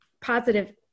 positive